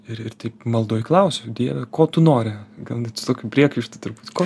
ir ir taip maldoj klausiu dieve ko tu nori gal net su tokiu priekaištu truputį ko